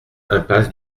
impasse